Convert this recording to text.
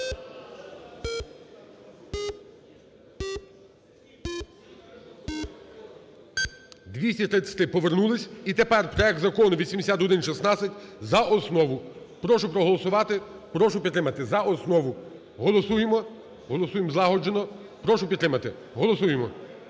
За-233 233. Повернулись. І тепер проект Закону 8116 за основу. Прошу проголосувати, прошу підтримати за основу. Голосуємо. Голосуємо злагоджено. Прошу підтримати. Голосуємо